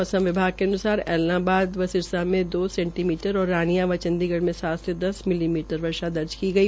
मौसम विभाग के अन्सार ऐलनावाद व सिरसा में दो सेंटीमीटर और रानियां व चंडीगढ़ में सात से दस मिलीमीटर वर्षा दर्ज की गई